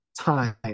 time